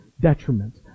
detriment